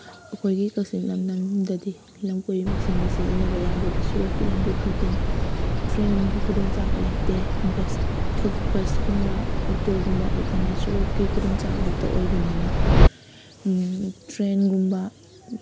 ꯑꯩꯈꯣꯏꯒꯤ ꯀꯥꯛꯆꯤꯡ ꯂꯝꯗꯝꯗꯗꯤ ꯂꯝꯀꯣꯏꯕ ꯑꯣꯏꯅ ꯁꯤꯖꯤꯟꯅꯕ ꯌꯥꯕꯗꯤ ꯁꯣꯔꯣꯛꯀꯤ ꯂꯝꯕꯤ ꯈꯛꯇꯅꯤ ꯇ꯭ꯔꯦꯟꯒꯤ ꯈꯨꯗꯣꯡ ꯆꯥꯕ ꯂꯩꯇꯦ ꯕꯁ ꯈꯛ ꯕꯁ ꯀꯨꯝꯕ ꯑꯣꯇꯣꯒꯨꯝꯕ ꯈꯛꯇꯅ ꯁꯣꯔꯣꯛꯀꯤ ꯈꯨꯗꯣꯡ ꯆꯥꯕ ꯈꯛꯇ ꯑꯣꯏꯕꯅꯤꯅ ꯇ꯭ꯔꯦꯟ ꯒꯨꯝꯕ